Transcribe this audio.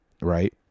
right